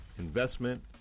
investment